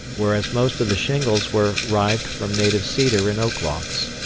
whereas most of the shingles were rived from native cedar and oak logs.